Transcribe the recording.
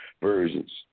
versions